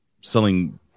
selling